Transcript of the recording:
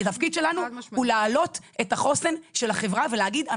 התפקיד שלנו הוא להעלות את החוסן של החברה ולהגיד,